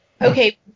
okay